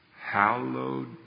hallowed